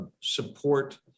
support